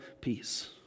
peace